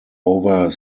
over